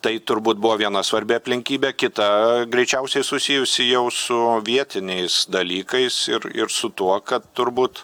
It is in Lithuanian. tai turbūt buvo viena svarbi aplinkybė kita greičiausiai susijusi jau su vietiniais dalykais ir ir su tuo kad turbūt